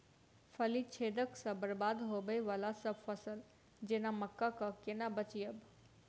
फली छेदक सँ बरबाद होबय वलासभ फसल जेना मक्का कऽ केना बचयब?